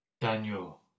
Daniel